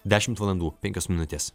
dešimt valandų penkios minutės